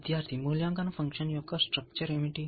విద్యార్థి మూల్యాంకన ఫంక్షన్ యొక్క స్ట్రక్చర్ ఏమిటి